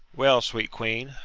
well sweet queen,